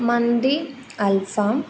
മന്തി അൽഫാം